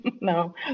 No